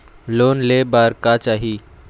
Loan ले बार का चाही?